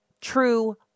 true